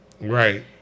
Right